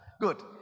good